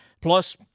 Plus